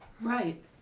Right